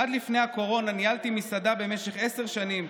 עד לפני הקורונה ניהלתי מסעדה במשך עשר שנים,